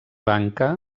lanka